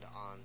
on